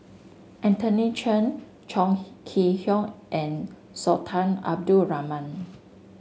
Anthony Chen Chong Hee Kee Hiong and Sultan Abdul Rahman